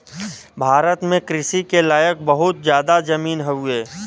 भारत में कृषि के लायक बहुत जादा जमीन हउवे